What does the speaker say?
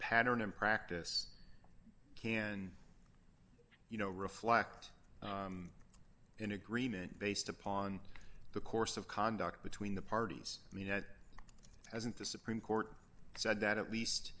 pattern and practice can you know reflect in agreement based upon the course of conduct between the parties you know it hasn't the supreme court said that at least